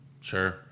Sure